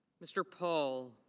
mr. paul.